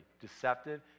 deceptive